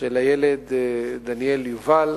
של הילד דניאל יובל,